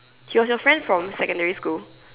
she was your friend from secondary school